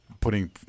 putting